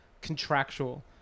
contractual